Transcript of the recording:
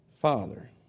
Father